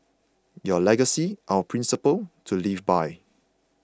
your legacy our principles to live by